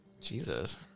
Jesus